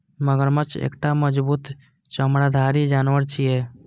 मगरमच्छ एकटा मजबूत चमड़ाधारी जानवर छियै